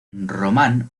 román